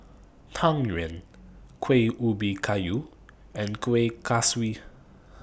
Tang Yuen Kuih Ubi Kayu and Kueh Kaswi